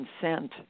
consent